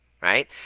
right